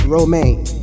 Romaine